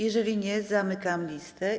Jeżeli nie, zamykam listę.